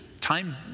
time